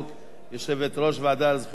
יושבת-ראש הוועדה לזכויות הילד,